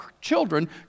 children